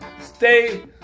stay